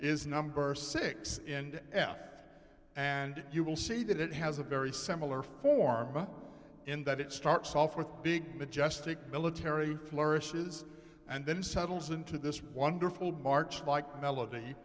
is number six in f and you will see that it has a very similar form in that it starts off with big majestic military flourishes and then settles into this wonderful march like melody